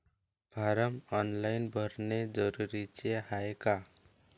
Form online भरने जरुरीचे हाय का?